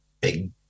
big